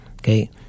okay